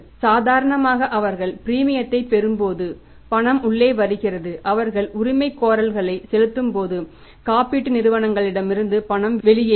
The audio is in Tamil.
சாதாரணமாக அவர்கள் பிரீமியத்தைப் பெறும்போது பணம் உள்ளே வருகிறது அவர்கள் உரிமைகோரல்களைச் செலுத்தும்போது காப்பீட்டு நிறுவனங்களிடமிருந்து பணம் வெளியேறும்